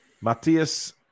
Matthias